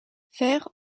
faire